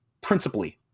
principally